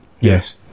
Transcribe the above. Yes